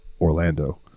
Orlando